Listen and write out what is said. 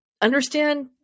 understand